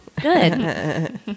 Good